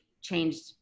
changed